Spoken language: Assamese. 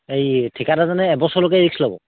এই ঠিকাদাৰজনে এবছৰলৈকে ৰি্স ল'ব